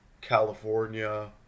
California